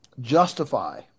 justify